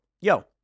Yo